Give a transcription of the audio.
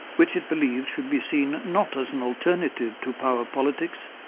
which it believes should be seen not as an alternative to power politics,